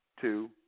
two